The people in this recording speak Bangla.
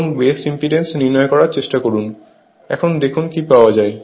এবং বেস ইম্পিডেন্স নির্ণয় করার চেষ্টা করুন এবং এখন দেখুন কি পাওয়া যায়